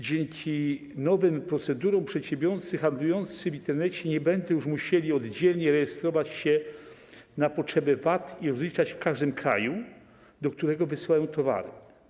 Dzięki nowym procedurom przedsiębiorcy handlujący w Internecie nie będą już musieli oddzielnie rejestrować się na potrzeby VAT i rozliczać w każdym kraju, do którego wysyłają towary.